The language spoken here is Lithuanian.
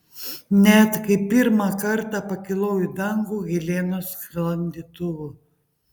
net kai pirmą kartą pakilau į dangų helenos sklandytuvu